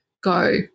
go